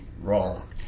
wrong